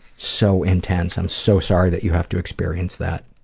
so intense. i'm so sorry that you have to experience that.